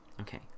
Okay